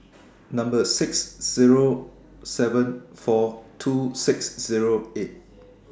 Number six Zero seven four two six Zero eight